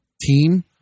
team